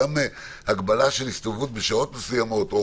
גם הגבלה של הסתובבות בשעות מסוימות או